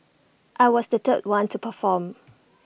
I was the third one to perform